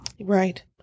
right